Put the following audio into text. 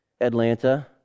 Atlanta